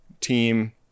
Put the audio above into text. team